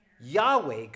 Yahweh